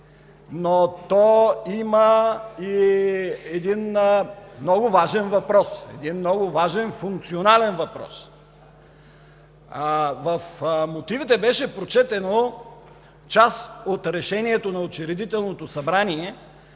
но то има и един много важен въпрос, един много важен функционален въпрос. В мотивите беше прочетена част от Решението на Учредителното събрание,